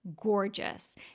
gorgeous